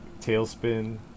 Tailspin